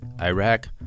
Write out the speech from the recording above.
Iraq